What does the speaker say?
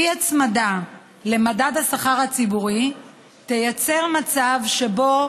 אי-הצמדה למדד השכר הציבורי תיצור מצב שבו